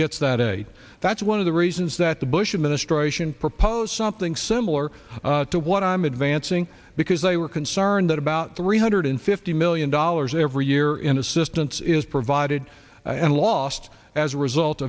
gets that a that's one of the reasons that the bush administration proposed something similar to what i'm advancing because they were concerned that about three hundred fifty million dollars every year in assistance is provided and lost as a result